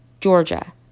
Georgia